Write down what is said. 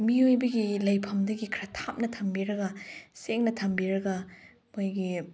ꯃꯤꯑꯣꯏꯕꯒꯤ ꯂꯩꯐꯝꯗꯒꯤ ꯈꯔ ꯊꯥꯞꯅ ꯊꯝꯕꯤꯔꯒ ꯁꯦꯡꯅ ꯊꯝꯕꯤꯔꯒ ꯃꯣꯏꯒꯤ